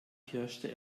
pirschte